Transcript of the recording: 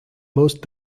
most